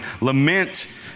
Lament